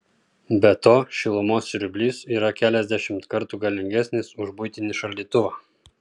be to šilumos siurblys yra keliasdešimt kartų galingesnis už buitinį šaldytuvą